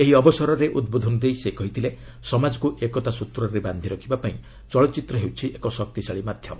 ଏହି ଅବସରରେ ଉଦ୍ବୋଧନ ଦେଇ ସେ କହିଥିଲେ ସମାଜକୁ ଏକତା ସ୍ଚତ୍ରରେ ବାନ୍ଧି ରଖିବାପାଇଁ ଚଳଚ୍ଚିତ୍ର ହେଉଛି ଏକ ଶକ୍ତିଶାଳୀ ମାଧ୍ୟମ